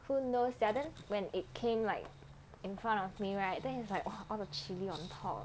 who knows ya then when it came like in front of me right then is like !wah! all the chili on top